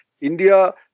India